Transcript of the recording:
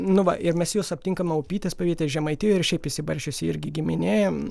nu va ir mes juos aptinkam aupytės pavietėj žemaitijoj ir šiaip išsibarsčiusi irgi giminėm